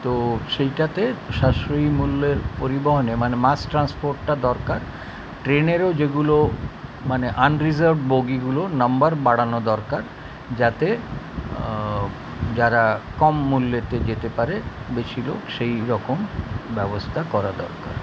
তো সেইটাতে সাশ্রয়ী মূল্যের পরিবহনে মানে মাস ট্রান্সপোর্টটা দরকার ট্রেনেরও যেগুলো মানে আনরিসার্ভ বগিগুলো নাম্বার বাড়ানো দরকার যাতে যারা কম মূল্যেতে যেতে পারে বেশি লোক সেই রকম ব্যবস্থা করা দরকার